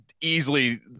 Easily